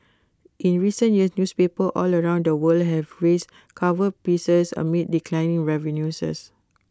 in recent years newspapers all around the world have raised cover prices amid declining revenues